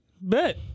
Bet